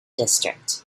district